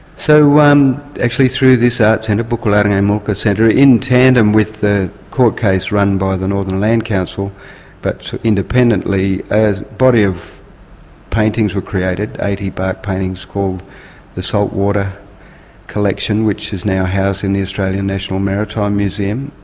so um actually through this art centre, buku-larrnggay mulka centre, in tandem with the court case run by the northern land council but independently, a body of paintings were created, eighty bark paintings called the saltwater collection, which is now housed in the australian national maritime museum.